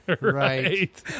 Right